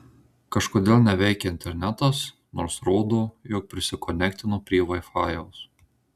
kažkodėl neveikia internetas nors rodo jog prisikonektino prie vaifajaus